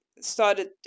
started